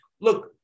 look